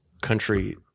country